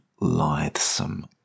lithesome